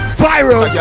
viral